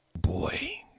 Boy